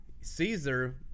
Caesar